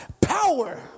power